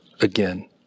again